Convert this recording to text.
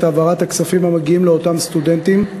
העברת הכספים המגיעים לאותם סטודנטים?